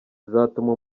zatuma